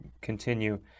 continue